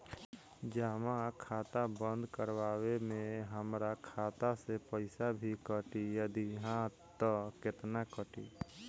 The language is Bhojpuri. जमा खाता बंद करवावे मे हमरा खाता से पईसा भी कटी यदि हा त केतना कटी?